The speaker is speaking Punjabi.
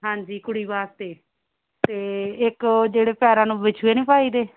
ਹਾਂਜੀ ਕੁੜੀ ਵਾਸਤੇ ਅਤੇ ਇੱਕ ਜਿਹੜੇ ਪੈਰਾਂ ਨੂੰ ਵਿਛੂਏ ਨਹੀਂ ਪਾਈਦੇ